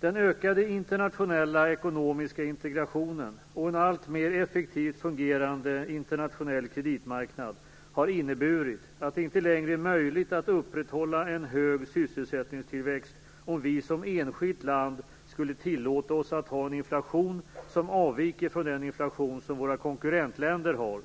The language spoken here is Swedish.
Den ökade internationella ekonomiska integrationen och en alltmer effektivt fungerande internationell kreditmarknad har inneburit att det inte längre är möjligt att upprätthålla en hög sysselsättningstillväxt om vi som enskilt land skulle tillåta oss att ha en inflation som avviker från den inflation som våra konkurrentländer har.